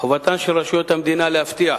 חובתן של רשויות המדינה להבטיח